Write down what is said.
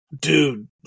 Dude